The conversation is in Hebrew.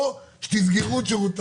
או שתסגרו את שירות התעסוקה.